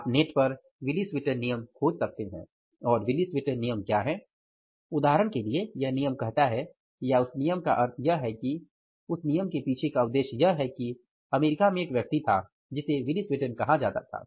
आप नेट पर Willie Sutton नियम खोज सकते हैं और विली स्वीटन नियम क्या है उदाहरण के लिए वह नियम कहता है या उस नियम का अर्थ है कि उस नियम के पीछे का उद्देश्य यह है कि अमेरिका में एक व्यक्ति था जिसे विली स्वीटन कहा जाता था